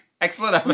Excellent